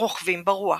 "רוכבים ברוח"